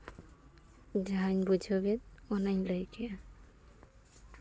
ᱡᱟᱦᱟᱧ ᱵᱩᱡᱷᱟᱹᱣᱮᱫ ᱚᱱᱟᱧ ᱞᱟᱹᱭ ᱠᱮᱜᱼᱟ